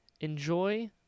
Enjoy